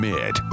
Mid